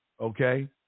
okay